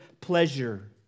pleasure